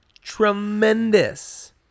tremendous